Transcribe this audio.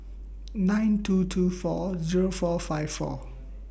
nine two two four Zero four five four